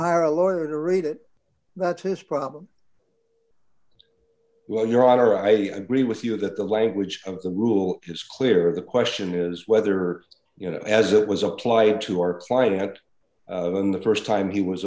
hire a lawyer to read it that's his problem well your honor i agree with you that the language of the rule is clear the question is whether you know it as it was applied to our client in the st time he was